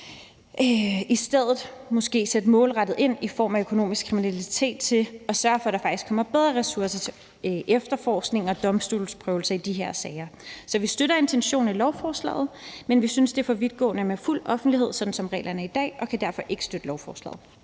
i stedet sætte målrettet ind over for økonomisk kriminalitet ved at sørge for, at der faktisk både kommer ressourcer til efterforskning og domstolsprøvelse i de her sager. Så vi støtter intentionen i lovforslaget, men vi synes, det er for vidtgående med fuld offentlighed, sådan som reglerne er i dag, og kan derfor ikke støtte lovforslaget.